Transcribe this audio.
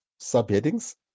subheadings